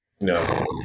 No